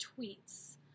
tweets